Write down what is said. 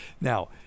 Now